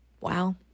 Wow